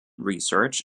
research